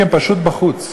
כי הם פשוט בחוץ.